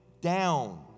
down